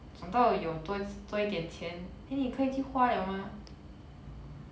转到有多多一点钱 then 你可以去花了 mah